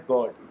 God